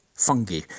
fungi